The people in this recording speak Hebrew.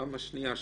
הפעם השנייה שלהם.